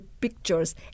pictures